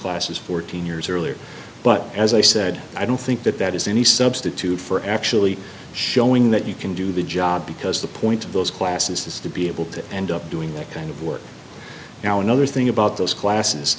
classes fourteen years earlier but as i said i don't think that that is any substitute for actually showing that you can do the job because the point of those classes is to be able to end up doing that kind of work now another thing about those classes